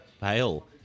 pale